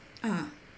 ah